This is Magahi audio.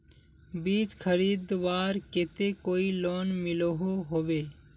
बीज खरीदवार केते कोई लोन मिलोहो होबे?